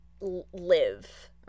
live